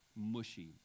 Mushy